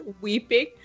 weeping